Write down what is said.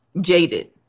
jaded